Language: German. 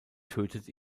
tötet